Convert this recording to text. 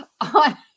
on